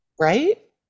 right